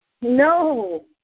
No